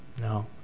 No